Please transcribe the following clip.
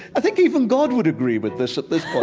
i think even god would agree with this at this point.